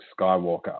Skywalker